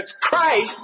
Christ